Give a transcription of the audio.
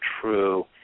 true